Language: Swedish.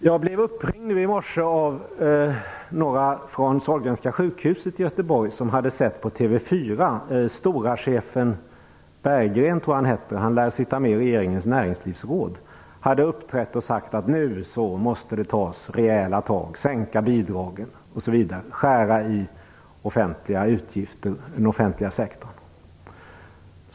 Jag blev i morse uppringd av några från Sahlgrenska sjukhuset i Göteborg, som hade sett Storas chef Berggren framträda i TV 4. Han lär sitta med i regeringens näringslivsråd. Han hade sagt att det nu måste tas rejäla tag, som att sänka bidragen och skära i utgifterna i den offentliga sektorn.